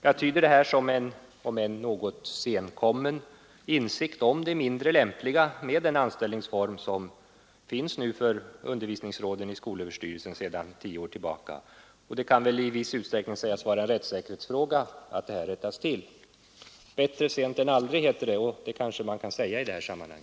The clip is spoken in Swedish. Jag tolkar detta som en — om än något senkommen — insikt om det mindre lämpliga med den anställningsform som nu finns för undervisningsråden i skolöverstyrelsen sedan tio års tid, och det kan väl i viss utsträckning sägas vara en rättssäkerhetsfråga att detta rättas till. Bättre sent än aldrig, heter det, och det kanske man också kan säga i detta sammanhang.